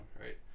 Right